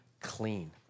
clean